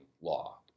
law